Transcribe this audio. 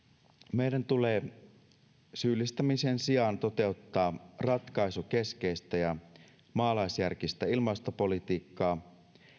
meidän tulee syyllistämisen sijaan toteuttaa ratkaisukeskeistä ja maalaisjärkistä ilmastopolitiikkaa